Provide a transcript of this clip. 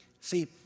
See